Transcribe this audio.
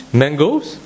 mangoes